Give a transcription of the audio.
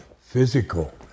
physical